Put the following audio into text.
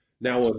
Now